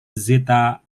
zeta